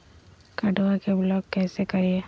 कार्डबा के ब्लॉक कैसे करिए?